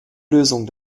lösung